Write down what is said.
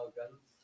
guns